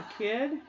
kid